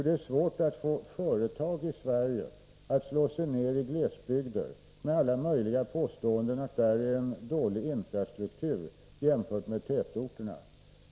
Det är svårt att få företag i Sverige att slå sig ned i glesbygder, och man hör påståenden om att det där är en dålig infrastruktur jämfört med tätorterna.